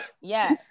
Yes